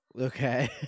Okay